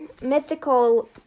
mythical